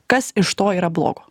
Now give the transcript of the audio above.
kas iš to yra blogo